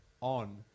on